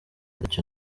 ntacyo